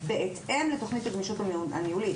בהתאם לתכנית הגמישות הניהולית.